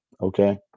Okay